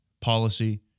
policy